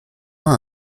pas